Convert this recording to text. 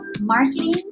marketing